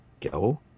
go